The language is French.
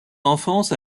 enfance